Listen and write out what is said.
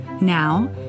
Now